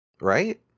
Right